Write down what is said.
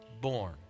born